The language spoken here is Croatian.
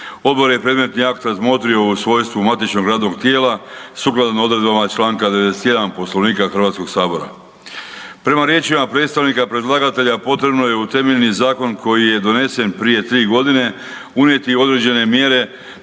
Odbor je predmetni akt razmotrio u svojstvu matičnog radnog tijela sukladno odredbama čl. 91. poslovnika HS-a. Prema riječima predstavnika predlagatelja potrebno je u temeljni zakon koji je donesen prije tri godine unijeti određene mjere